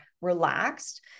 relaxed